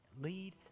lead